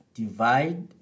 divide